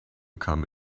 come